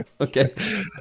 okay